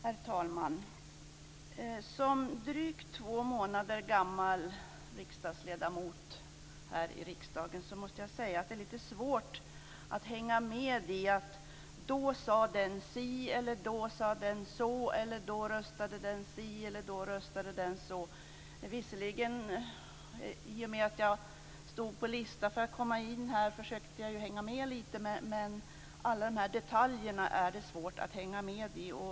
Herr talman! Som drygt två månader gammal riksdagsledamot måste jag säga att det är lite svårt att hänga med när man pratar om att den eller den sade si eller så eller att den eller den röstade si eller så. I och med att jag stod på listan för att komma in i riksdagen försökte jag visserligen hänga med lite, men det är svårt att hänga med i alla detaljer.